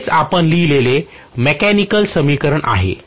हेच आपण लिहिलेले मेकॅनिकल समीकरण आहे